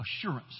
assurance